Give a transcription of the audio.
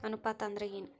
ಅನುಪಾತ ಅಂದ್ರ ಏನ್?